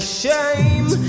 shame